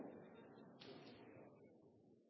presidenten